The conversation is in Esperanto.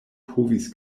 povis